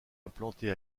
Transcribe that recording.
implantés